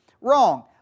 wrong